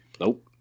Nope